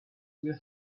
will